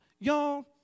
Y'all